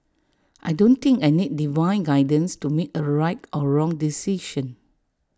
I don't think I need divine guidance to make A right or wrong decision